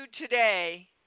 today